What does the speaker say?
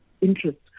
interests